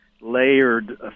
layered